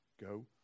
Go